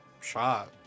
shot